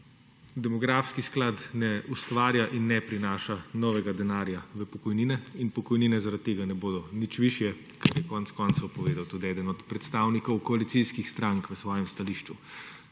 demografski sklad ne ustvarja in ne prinaša novega denarja v pokojnine in pokojnine zaradi tega ne bodo nič višje, kar je konec koncev povedal tudi eden od predstavnikov koalicijskih strank v svojem stališču.